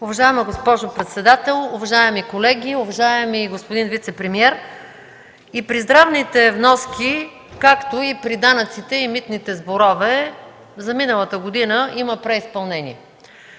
Уважаема госпожо председател, уважаеми колеги, уважаеми господин вицепремиер! И при здравните вноски, както и при данъците и митните сборове, за миналата година има преизпълнение.